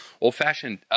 Old-fashioned